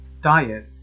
diet